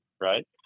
right